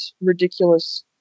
ridiculous